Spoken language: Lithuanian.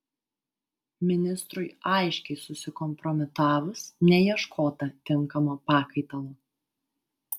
ministrui aiškiai susikompromitavus neieškota tinkamo pakaitalo